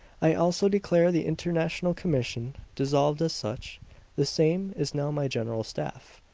i also declare the international commission dissolved as such the same is now my general staff,